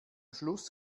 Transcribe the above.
schluss